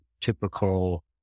typical